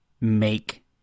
make